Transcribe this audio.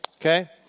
Okay